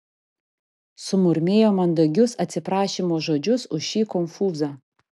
sumurmėjo mandagius atsiprašymo žodžius už šį konfūzą